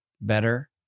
better